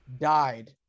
died